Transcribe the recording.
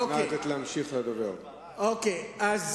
אוקיי.